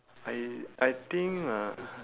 I I think uh